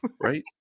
right